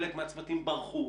חלק מהצוותים ברחו.